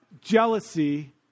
jealousy